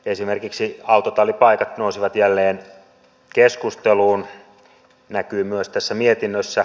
esimerkiksi autotallipaikat nousivat jälleen keskusteluun näkyy myös tässä mietinnössä